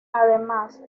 además